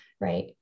Right